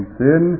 sin